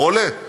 עולה.